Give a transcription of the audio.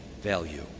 value